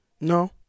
No